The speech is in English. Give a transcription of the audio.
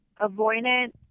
avoidant